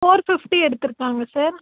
four fifty எடுத்திருக்காங்க sir